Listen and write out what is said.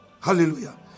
Hallelujah